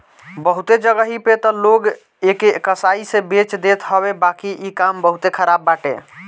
बहुते जगही पे तअ लोग एके कसाई से बेच देत हवे बाकी इ काम बहुते खराब बाटे